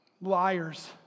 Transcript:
Liars